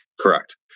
Correct